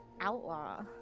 outlaw